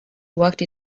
worked